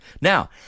Now